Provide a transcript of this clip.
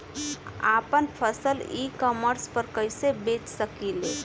आपन फसल e commerce पर कईसे बेच सकिले?